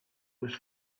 was